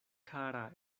kara